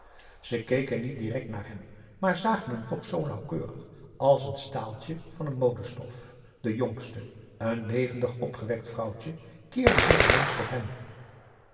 ze keken niet direct naar hem maar zagen hem toch zoo nauwkeurig als een staaltje van een modestof de jongste een levendig opgewekt vrouwtje keerde zich ineens tot hem